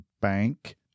Bank